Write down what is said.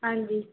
ਹਾਂਜੀ